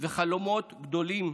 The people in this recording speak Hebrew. וחלומות גדולים